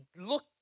look